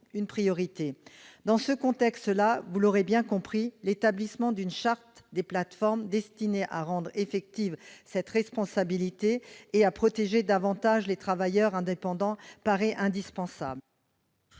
Dans ce contexte, vous l'aurez bien compris, l'établissement d'une charte des plateformes destinée à rendre effective cette responsabilité et à protéger davantage les travailleurs indépendants paraît indispensable.